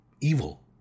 evil